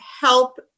help